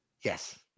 Yes